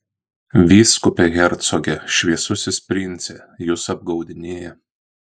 vyskupe hercoge šviesusis prince jus apgaudinėja